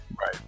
Right